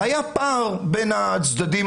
היה פער בין הצדדים,